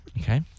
Okay